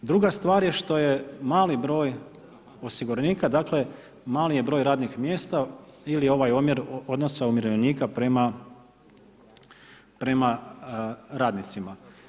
Druga stvar je što je mali broj osiguranika, dakle mali je broj radnih mjesta ili ovaj omjer umirovljenika prema radnicima.